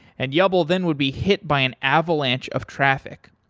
and yubl then would be hit by an avalanche of traffic.